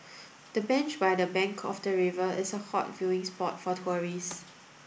the bench by the bank of the river is a hot viewing spot for tourists